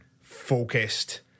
focused